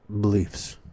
beliefs